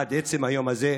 עד עצם היום הזה.